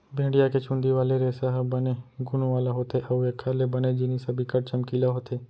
भेड़िया के चुंदी वाले रेसा ह बने गुन वाला होथे अउ एखर ले बने जिनिस ह बिकट चमकीला होथे